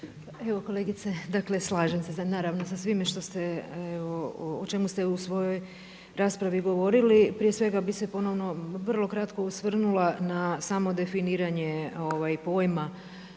Evo kolegice, dakle slažem se naravno sa svime što ste, o čemu ste u svojoj raspravi govorili. Prije svega bih se ponovno vrlo kratko osvrnula na samo definiranje pojma,